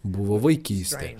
buvo vaikystė